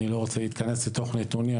אני לא רוצה להיכנס לתוך נתונים,